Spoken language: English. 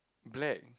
black